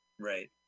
Right